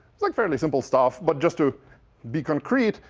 it's like fairly simple stuff. but just to be concrete,